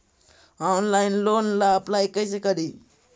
Online loan ला apply कैसे करी?